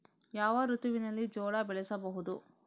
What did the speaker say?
ಯಾವ ಋತುವಿನಲ್ಲಿ ಜೋಳ ಬೆಳೆಸಬಹುದು?